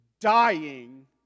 dying